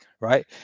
Right